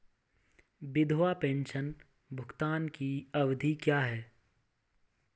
विधवा पेंशन भुगतान की अवधि क्या है?